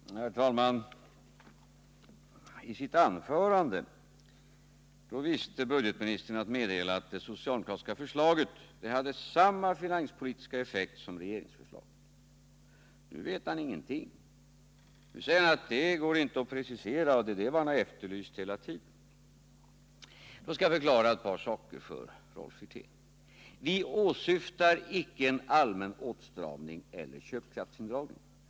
Herr talman! I sitt anförande visste budgetministern att meddela att det socialdemokratiska förslaget hade samma finanspolitiska effekt som regeringens förslag. Nu vet han ingenting. Nu säger han att det inte går att precisera, och att det är en precisering han har efterlyst hela tiden. Då skall jag förklara ett par saker för Rolf Wirtén. Vi åsyftar inte en allmän åtstramning eller köpkraftsindragning.